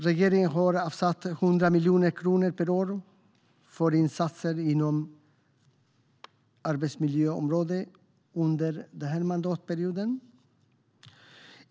Regeringen har avsatt 100 miljoner kronor per år för insatser inom arbetsmiljöområdet under mandatperioden.